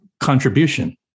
contribution